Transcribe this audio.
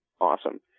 awesome